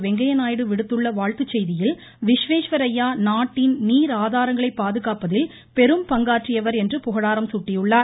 வெங்கய்ய நாயுடு விடுத்துள்ள வாழ்த்துச் செய்தியில் விஸ்வேஸ்வரய்யா நாட்டின் நீர் ஆதாரங்களை பாதுகாப்பதில் பெரும் பங்காற்றியவர் என்று புகழாரம் சூட்டியுள்ளார்